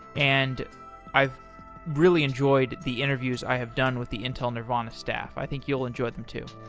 and i really enjoyed the interviews i have done with the intel nervana stuff. i think you'll enjoy them too.